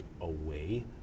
away